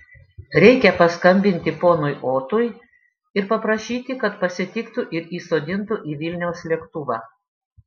reikia paskambinti ponui otui ir paprašyti kad pasitiktų ir įsodintų į vilniaus lėktuvą